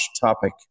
topic